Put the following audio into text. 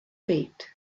feet